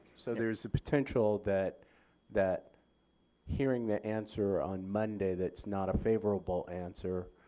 so there is a potential that that hearing the answer on monday that's not a favorable answer,